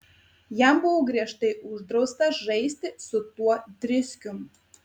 jam buvo griežtai uždrausta žaisti su tuo driskium